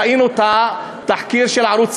ראינו את התחקיר של ערוץ